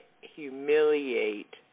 humiliate